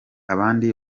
abandi